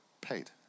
paid